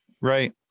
Right